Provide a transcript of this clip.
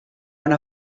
una